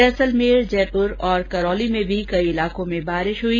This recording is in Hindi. जैसलमेर जयपुर और करौली में भी कई इलाकों में बारिश हुई